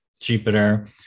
Jupiter